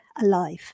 alive